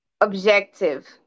objective